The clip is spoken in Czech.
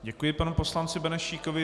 Děkuji panu poslanci Benešíkovi.